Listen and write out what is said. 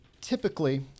Typically